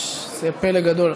זה פלא גדול.